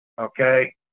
Okay